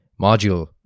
module